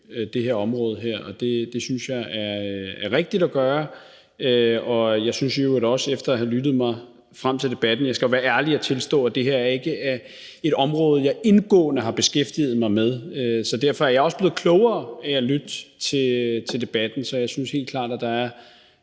det her område. Det synes jeg er rigtigt at gøre, og det synes jeg i øvrigt også efter at have lyttet til debatten. Jeg skal jo være ærlig og tilstå, at det her ikke er et område, jeg indgående har beskæftiget mig med, så derfor er jeg også blevet klogere af at lytte til debatten. Så jeg synes helt klart, at der er